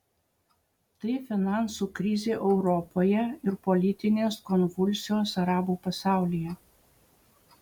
tai finansų krizė europoje ir politinės konvulsijos arabų pasaulyje